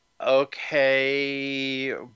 okay